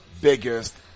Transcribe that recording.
biggest